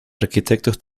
arquitectos